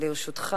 לרשותך